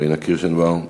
פאינה קירשנבאום.